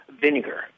vinegar